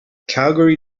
calgary